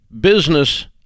Business